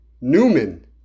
Newman